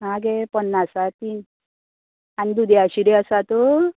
आं गे पन्नासा तीन आनी दुदया शिऱ्यो आसात